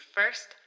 First